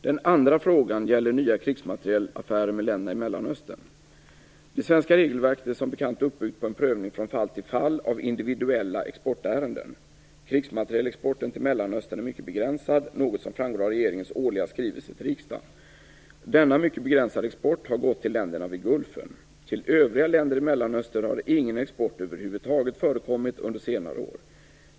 Den andra frågan gäller nya krigsmaterielaffärer med länderna i Mellanöstern. Det svenska regelverket är som bekant uppbyggt på en prövning från fall till fall av individuella exportärenden. Krigsmaterielexporten till Mellanöstern är mycket begränsad, något som framgår av regeringens årliga skrivelse till riksdagen. Denna mycket begränsade export har gått till länderna vid Gulfen. Till övriga länder i Mellanöstern har ingen export över huvud taget förekommit under senare år.